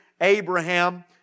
Abraham